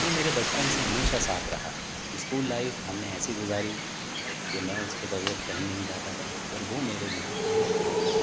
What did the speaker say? وہ میرے بچپن سے ہمیشہ ساتھ رہا اسکول لائف ہم نے ایسی گزاری کہ میں اس کے بغیر کہیں نہیں جاتا تھا اور وہ میرے بنا کہیں نہیں آتا تھا